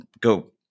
go